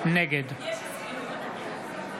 נגד טלי גוטליב, נגד מאי